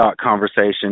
conversation